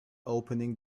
opening